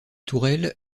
tourelles